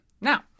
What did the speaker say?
Now